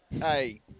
Hey